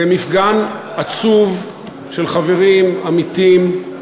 זה מפגן עצוב של חברים, עמיתים,